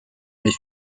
mais